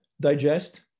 Digest